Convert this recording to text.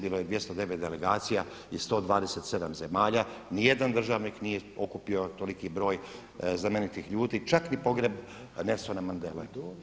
Bilo je 209 delegacija iz 127 zemalja, nijedan državnik nije okupio toliki broj znamenitih ljudi, čak ni pogreb Nelsona Mandele.